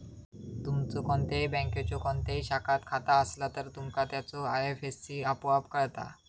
तुमचो कोणत्याही बँकेच्यो कोणत्याही शाखात खाता असला तर, तुमका त्याचो आय.एफ.एस.सी आपोआप कळता